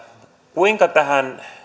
kuinka